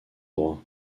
droit